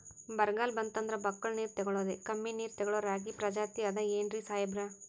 ಬರ್ಗಾಲ್ ಬಂತಂದ್ರ ಬಕ್ಕುಳ ನೀರ್ ತೆಗಳೋದೆ, ಕಮ್ಮಿ ನೀರ್ ತೆಗಳೋ ರಾಗಿ ಪ್ರಜಾತಿ ಆದ್ ಏನ್ರಿ ಸಾಹೇಬ್ರ?